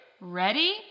Ready